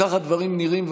כך הדברים נראים,